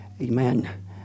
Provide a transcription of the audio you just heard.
Amen